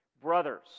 Brothers